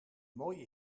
mooi